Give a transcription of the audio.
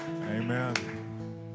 Amen